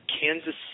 Kansas